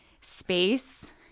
space